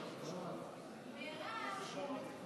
היושב-ראש,